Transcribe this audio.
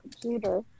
computer